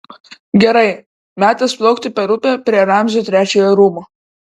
gerai metas plaukti per upę prie ramzio trečiojo rūmų